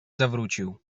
zawrócił